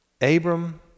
Abram